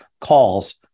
calls